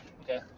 Okay